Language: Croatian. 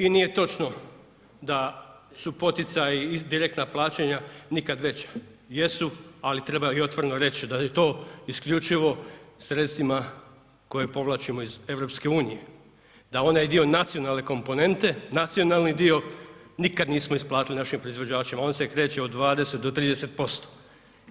I nije točno da su poticaji i direktna plaćanja nikad veća, jesu, ali treba i otvoreno reći da je to isključivo sredstvima koja povlačimo iz EU, da onaj dio nacionalne komponente, nacionalni dio nikad nismo isplatili našim proizvođačima, on se kreće od 20 do 30%